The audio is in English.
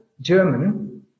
German